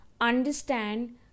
understand